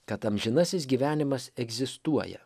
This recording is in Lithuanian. kad amžinasis gyvenimas egzistuoja